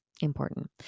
Important